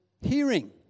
hearing